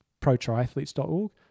protriathletes.org